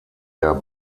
der